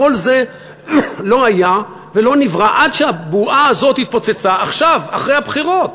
כל זה לא היה ולא נברא עד שהבועה הזאת התפוצצה עכשיו אחרי הבחירות.